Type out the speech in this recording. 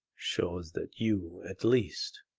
shows that you, at least,